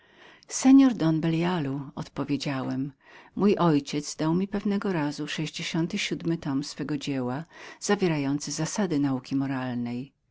seor don belialu odpowiedziałem mój ojciec dał mi pewnego razu sześćdziesiąty tom swego dzieła zawierający zasady nauki moralnej